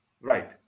Right